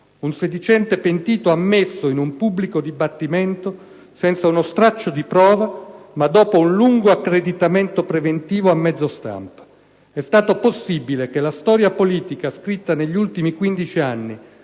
un sedicente pentito ammesso in un pubblico dibattimento senza uno straccio di prova ma dopo un lungo accreditamento preventivo a mezzo stampa. È stato possibile che la storia politica scritta negli ultimi 15 anni